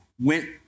went